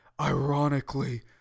ironically